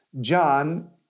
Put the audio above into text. John